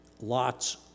Lot's